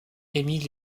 émit